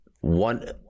One